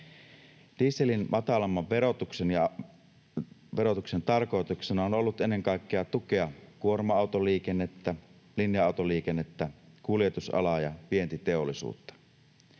Dieselin matalamman verotuksen tarkoituksena on ollut ennen kaikkea tukea kuorma-autoliikennettä, linja-autoliikennettä, kuljetusalaa ja vientiteollisuutta.